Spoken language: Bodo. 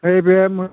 नै बे